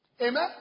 Amen